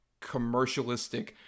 commercialistic